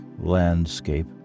landscape